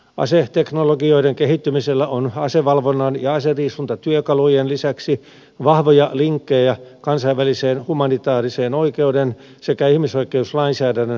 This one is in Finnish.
aseteknologioiden kehittymisellä on asevalvonnan ja aseriisuntatyökalujen lisäksi vahvoja linkkejä kansainvälisen humanitaarisen oikeuden sekä ihmisoikeuslainsäädännön soveltamiseen